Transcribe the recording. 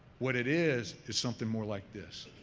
what it is is something more like this.